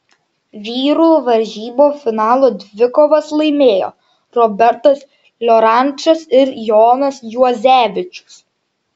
vyrų varžybų finalo dvikovas laimėjo robertas liorančas ir jonas juozevičius